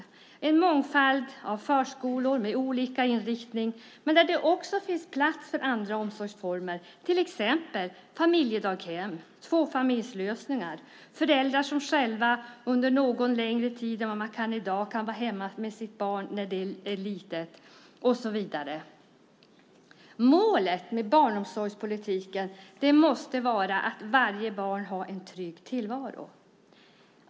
Det ska vara en mångfald av förskolor med olika inriktning, men det ska också finnas plats för andra omsorgsformer, till exempel familjedaghem, tvåfamiljslösningar och föräldrar som själva, under något längre tid än vad man kan i dag, kan vara hemma med sitt barn när det är litet och så vidare. Målet med barnomsorgspolitiken måste vara att varje barn har en trygg tillvaro.